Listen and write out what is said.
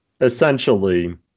essentially